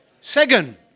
Second